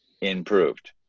improved